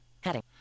heading